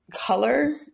color